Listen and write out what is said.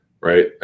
right